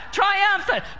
triumphant